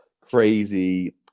crazy